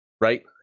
right